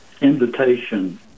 invitation